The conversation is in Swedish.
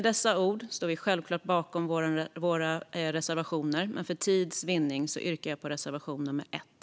Vi står självklart bakom alla våra reservationer, men jag vill för tids vinnande yrka bifall endast till reservation nummer 1.